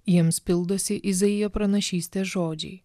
jiems pildosi izaijo pranašystės žodžiai